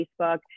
Facebook